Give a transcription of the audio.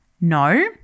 No